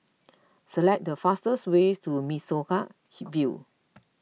select the fastest way to Mimosa View